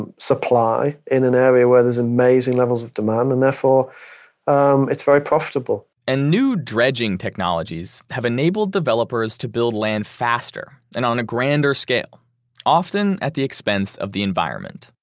and supply in an area where there's amazing levels of demand and therefore um it's very profitable. and new dredging technologies have enabled developers to build land faster and on a grander scale often at the expense of the environment.